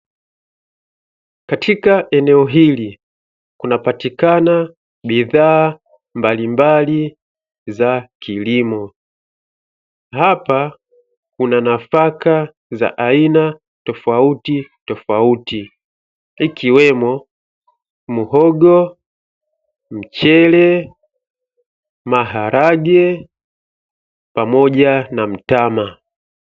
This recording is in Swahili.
Katika eneo hili, kunapatikana bidhaa mbalimbali za kilimo. Hapa kuna nafaka za aina tofautitofauti, ikiwemo: muhogo, mchele, maharage pamoja na mtama.